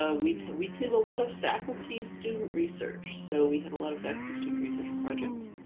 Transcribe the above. ah we take we take a lot of faculty student research, so we have a lot of faculty student research projects.